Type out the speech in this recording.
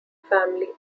family